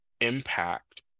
impact